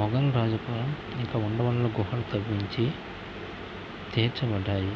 మొగల్ రాజుగా ఇక ఉండవల్లి గుహలు తవ్వించి తీర్చబడ్డాయి